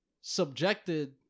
subjected